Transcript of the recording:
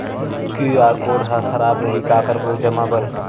QR code हा खराब रही का करबो जमा बर?